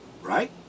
right